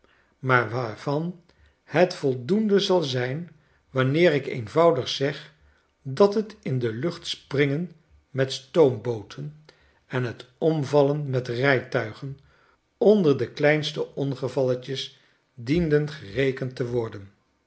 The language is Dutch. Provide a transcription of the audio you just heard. maar waarvan het voldoende zal zijn wanneer ik eenvoudig zeg dat het in de lucht springen met stoombooten en het omvallen met rytuigen onder de kleinste ongevalletjes dienden gerekend te worden